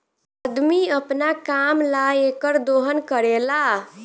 अदमी अपना काम ला एकर दोहन करेला